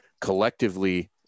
collectively